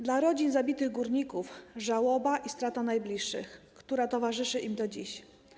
Dla rodzin zabitych górników - żałoba i strata najbliższych, która towarzyszy im do dziś.